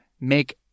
make